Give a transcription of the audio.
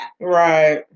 right